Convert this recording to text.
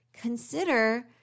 consider